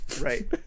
Right